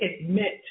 admit